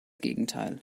gegenteil